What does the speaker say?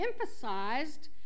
emphasized